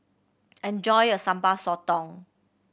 enjoy your Sambal Sotong